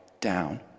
down